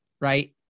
right